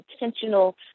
intentional